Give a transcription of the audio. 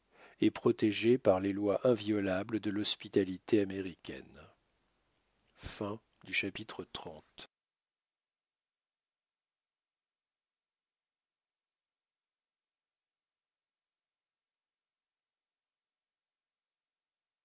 et protégé par les lois inviolables de l'hospitalité américaine chapitre